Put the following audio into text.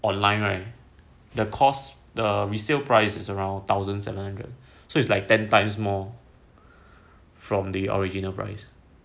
online right the course the resale price is around thousand seven hundred so it's like ten times more from the original price